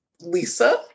Lisa